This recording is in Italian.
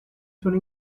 sono